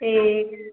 ठीक